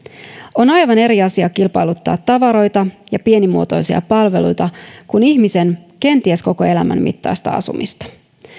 on aivan eri asia kilpailuttaa tavaroita ja pienimuotoisia palveluita kuin ihmisen kenties koko elämän mittaista asumista